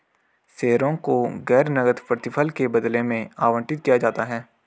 शेयरों को गैर नकद प्रतिफल के बदले में आवंटित किया जाता है